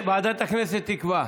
ועדת הכנסת תקבע.